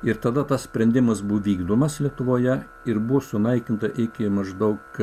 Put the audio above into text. ir tada tas sprendimas buvo vykdomas lietuvoje ir buvo sunaikinta iki maždaug